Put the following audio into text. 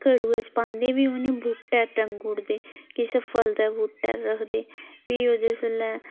घडुए च पांदे फ्ही उ'नें बूह्टै'र टंगुडदे किसै फलदे बूह्टे रखदे फ्ही ओह् जिसलै